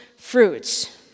Fruits